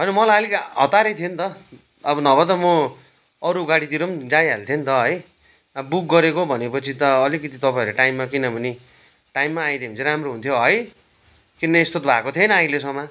होइन मलाई अलिक हतारै थियो नि त अब नभए त म अरू गाडीतिर पनि जाइहाल्थेँ नि त है बुक गरेको भनेपछि त अलिकिति तपाईँहरू टाइममा किनभने टाइममा आइदियो भने चाहिँ राम्रो हुन्थ्यो है किन यस्तो त भएको थिएन आइलेसम्म